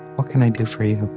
what can i do for you?